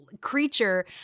creature